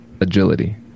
agility